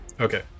Okay